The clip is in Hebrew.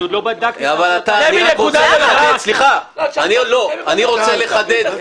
אני עוד לא בדקתי את ההחלטה --- אני רוצה לחדד,